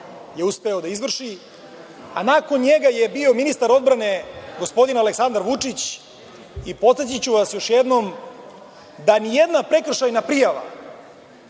je uspeo da izvrši, a nakon njega je bio ministar gospodin Aleksandar Vučić. Podsetiću vas još jednom, da ni jedna prekršajna prijava